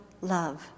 love